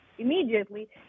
immediately